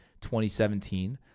2017